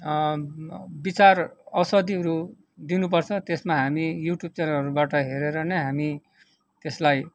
बिचार औषधिहरू दिनु पर्छ त्यसमा हामी युट्युब च्यानलहरूबाट हेरेर नै हामी त्यसलाई